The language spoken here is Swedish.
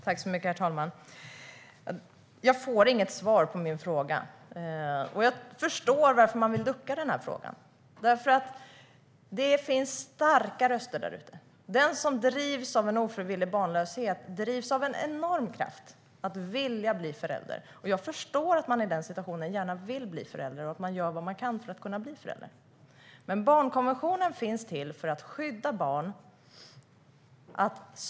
Herr talman! Jag får inget svar på min fråga. Jag förstår varför man vill ducka, för det finns starka röster där ute. Den som drabbats av ofrivillig barnlöshet drivs av en enorm kraft - att vilja bli förälder. Jag förstår att man i en situation där man vill bli förälder gör vad man kan för att kunna bli det, men barnkonventionen finns till för att skydda barn.